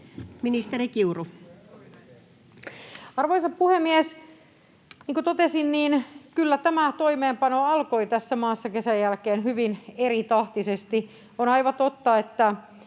Content: Arvoisa puhemies! Niin kuin totesin, niin kyllä tämä toimeenpano alkoi tässä maassa kesän jälkeen hyvin eritahtisesti. On aivan totta, että